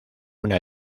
una